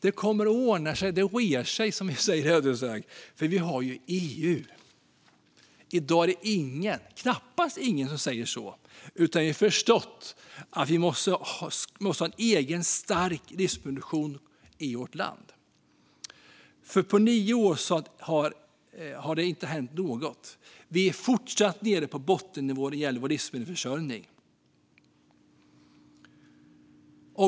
Det kommer att ordna sig - det reder sig, som vi säger i Ödeshög. Vi har ju EU. I dag är det knappast någon som säger så, utan vi har förstått att vi måste ha en egen stark livsmedelsproduktion i vårt land. På nio år har det inte hänt något. Vi är fortfarande nere på bottennivåer när det gäller vår livsmedelsförsörjning.